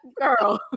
Girl